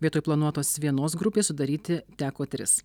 vietoj planuotos vienos grupės sudaryti teko tris